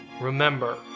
Remember